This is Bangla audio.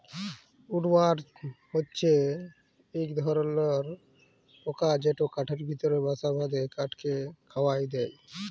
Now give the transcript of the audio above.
উড ওয়ার্ম হছে ইক ধরলর পকা যেট কাঠের ভিতরে বাসা বাঁধে কাঠকে খয়ায় দেই